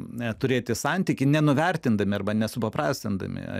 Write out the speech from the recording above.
turėti santyki nenuvertindami arba nesupaprastindami